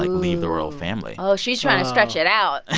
leave the royal family oh, she's trying to stretch it out